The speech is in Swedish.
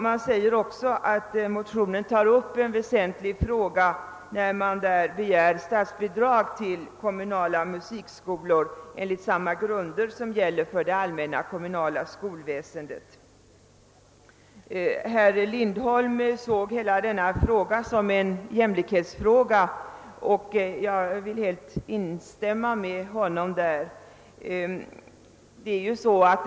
Man säger också att motionärerna tar upp en väsentlig fråga när de begär statsbidrag till kommunala musikskolor enligt samma grunder som gäller för det allmänna kommunala skolväsendet. Herr Lindholm såg hela denna fråga som en jämlikhetsfråga, och jag vill helt instämma med honom därvidlag.